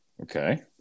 okay